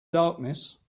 darkness